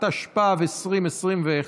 התשפ"ב 2021,